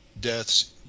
deaths